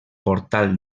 portal